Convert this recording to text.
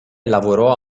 lavorò